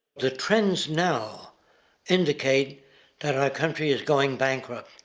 the trends now indicate that our country is going bankrupt.